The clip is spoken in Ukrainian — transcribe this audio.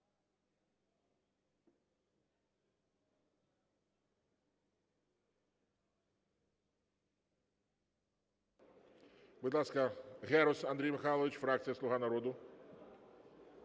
Будь ласка, Герус Андрій Михайлович, фракція "Слуга народу".